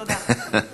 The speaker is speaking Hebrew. דבל'ה, עד מאה-ועשרים.